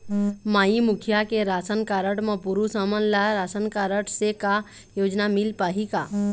माई मुखिया के ration card म पुरुष हमन ला रासनकारड से का योजना मिल पाही का?